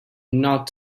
not